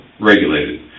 regulated